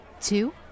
two